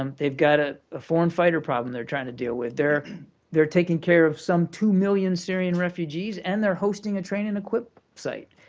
um they've got ah a foreign fighter problem they're trying to deal with. they're they're taking care of some two million syrian refugees, and they're hosting a train and equip site.